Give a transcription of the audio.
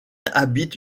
habite